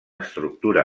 estructura